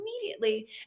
immediately